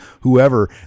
whoever